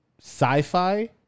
Sci-fi